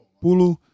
Pulu